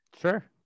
sure